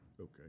Okay